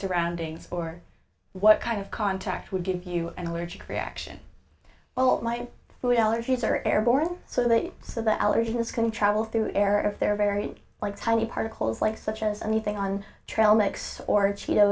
surroundings or what kind of contact would give you an allergic reaction oh my food allergies are airborne so that so the allergens can travel through air or if they're very like tiny particles like such as anything on trail mix or cheet